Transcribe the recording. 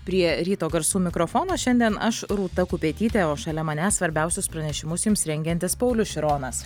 prie ryto garsų mikrofono šiandien aš rūta kupetytė o šalia manęs svarbiausius pranešimus jums rengiantis paulius šironas